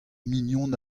mignon